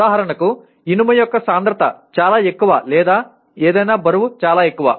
ఉదాహరణకు ఇనుము యొక్క సాంద్రత చాలా ఎక్కువ లేదా ఏదైనా బరువు చాలా ఎక్కువ